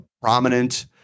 prominent